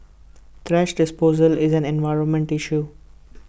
thrash disposal is an environmental issue